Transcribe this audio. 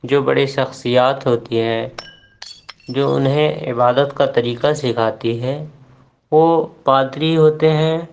جو بڑے شخصیات ہوتی ہے جو انہیں عبادت کا طریقہ سکھاتی ہے وہ پادری ہوتے ہیں